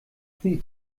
sie